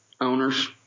owners